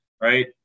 right